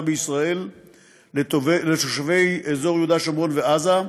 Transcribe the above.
בישראל לתושבי אזור יהודה שומרון ועזה,